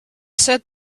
said